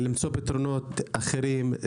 למצוא פתרונות אחרים,